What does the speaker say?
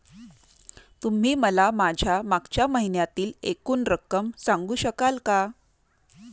तुम्ही मला माझ्या मागच्या महिन्यातील एकूण रक्कम सांगू शकाल का?